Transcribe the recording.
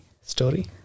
story